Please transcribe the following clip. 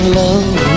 love